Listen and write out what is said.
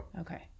Okay